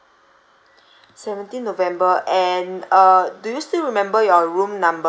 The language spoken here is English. seventeen november and uh do you still remember your room number